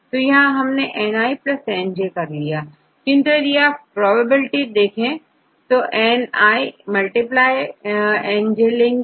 तो यहां मैंने Ni Nj कर लिया किंतु यदि आप प्रोबेबिलिटी चाहे तो N iNjलेंगे